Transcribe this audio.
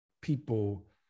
people